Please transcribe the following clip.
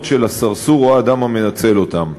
של הסרסור או של האדם המנצל אותן.